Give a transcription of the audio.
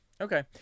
Okay